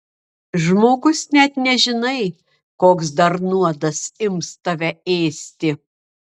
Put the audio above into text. žmogus net nežinai koks dar nuodas ims tave ėsti